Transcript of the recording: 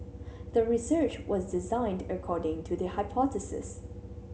the research was designed according to the hypothesis